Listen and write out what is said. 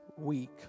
week